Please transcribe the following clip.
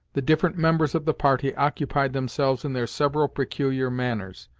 the different members of the party occupied themselves in their several peculiar manners,